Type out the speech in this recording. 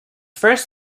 first